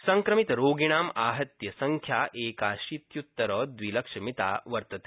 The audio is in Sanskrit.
संक्रमित रोगिणां आहत्य संख्या एकाशीत्युत्तर द्वि लक्षमिता वर्तते